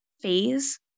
phase